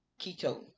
keto